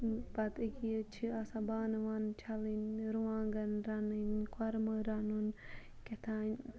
پَتہٕ یٔکیاہ یہِ چھِ آسان بانہٕ وانہٕ چھَلٕنۍ رُوانٛگَن رَنٕنۍ کۄرمہٕ رَنُن کیَتھانۍ